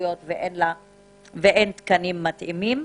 התמחויות ואין תקנים מתאימים.